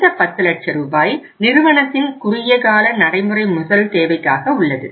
இந்த 10 லட்ச ரூபாய் நிறுவனத்தின் குறுகியகால நடைமுறை முதல் தேவைக்காக உள்ளது